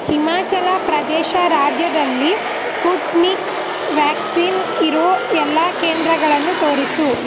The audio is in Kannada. ಹಿಮಾಚಲ ಪ್ರದೇಶ ರಾಜ್ಯದಲ್ಲಿ ಸ್ಪುಟ್ನಿಕ್ ವ್ಯಾಕ್ಸಿನ್ ಇರೋ ಎಲ್ಲ ಕೇಂದ್ರಗಳನ್ನೂ ತೋರಿಸು